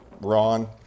Ron